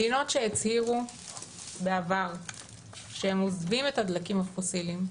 מדינות שהצהירו בעבר שהן עוזבות את הדלקים הפוסיליים,